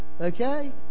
Okay